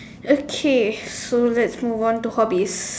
okay so let's move on to hobbies